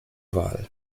wahl